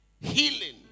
healing